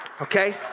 Okay